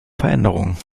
veränderung